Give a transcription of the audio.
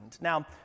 Now